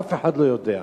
אף אחד לא יודע.